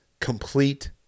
complete